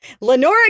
lenora